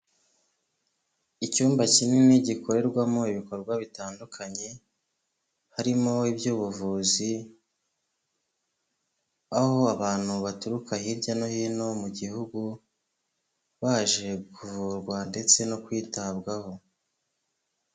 Icyumba kinini gikorerwamo ibikorwa bitandukanye harimo iby'ubuvuzi, aho abantu baturuka hirya no hino mu gihugu baje kuvurwa ndetse no kwitabwaho.